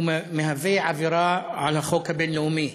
הוא עבירה על החוק הבין-לאומי.